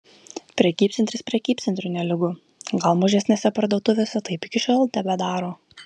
prekybcentris prekybcentriui nelygu gal mažesnėse parduotuvėse taip iki šiol tebedaro